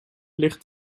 ligt